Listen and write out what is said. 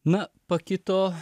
na pakito